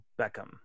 Beckham